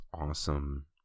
awesome